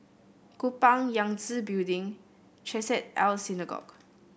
Kupang Yangtze Building Chesed El Synagogue